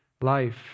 life